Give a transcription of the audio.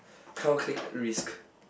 calculate the risk